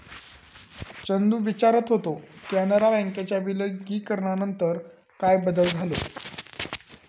चंदू विचारत होतो, कॅनरा बँकेच्या विलीनीकरणानंतर काय बदल झालो?